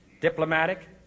diplomatic